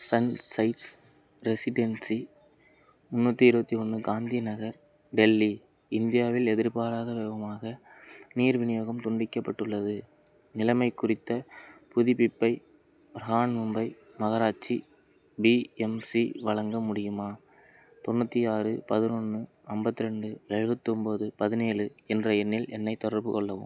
சன்ஷைட்ஸ் residency முந்நூற்றி இருபத்தி ஒன்று காந்தி நகர் டெல்லி இந்தியாவில் எதிர்பாராதவிதமாக நீர் விநியோகம் துண்டிக்கப்பட்டுள்ளது நிலைமை குறித்த புதுப்பிப்பை பிரஹான்மும்பை நகராட்சி பிஎம்சி வழங்க முடியுமா தொண்ணூற்றி ஆறு பதினொன்று ஐம்பத்தி ரெண்டு எழுவத்தொம்பது பதினேழு என்ற எண்ணில் என்னைத் தொடர்புகொள்ளவும்